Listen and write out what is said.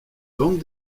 bandes